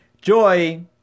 joy